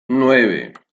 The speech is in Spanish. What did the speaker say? nueve